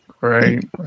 Right